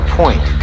point